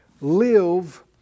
live